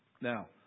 now